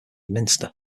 minster